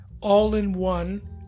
all-in-one